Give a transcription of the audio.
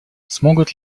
смогут